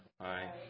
Aye